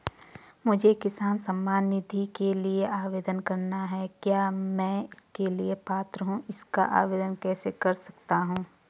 मुझे किसान सम्मान निधि के लिए आवेदन करना है क्या मैं इसके लिए पात्र हूँ इसका आवेदन कैसे कर सकता हूँ?